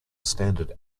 standard